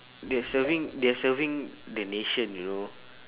they're serving they're serving the nation you know